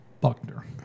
Buckner